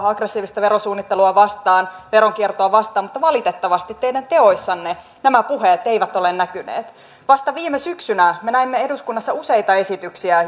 aggressiivista verosuunnittelua vastaan veronkiertoa vastaan mutta valitettavasti teidän teoissanne nämä puheet eivät ole näkyneet vasta viime syksynä me näimme eduskunnassa useita esityksiä